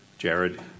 Jared